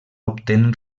obtenen